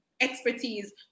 expertise